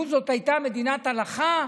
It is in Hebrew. לו זאת הייתה מדינת הלכה,